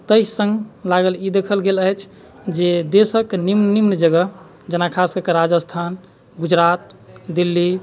ताहि सङ्ग लागल ई देखल गेल अछि जे देशके निम्न निम्न जगह जेना खासकऽ कऽ राजस्थान गुजरात दिल्ली